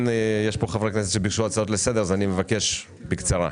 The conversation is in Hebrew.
חברי כנסת שביקשו הצעות לסדר, ואני מבקש בקצרה.